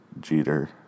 Jeter